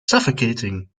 suffocating